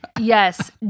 yes